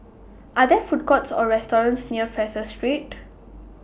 Are There Food Courts Or restaurants near Fraser Street